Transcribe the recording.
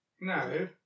No